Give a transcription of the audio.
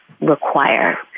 Require